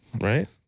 right